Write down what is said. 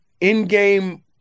in-game